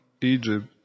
Egypt